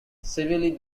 severely